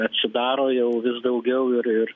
atsidaro jau vis daugiau ir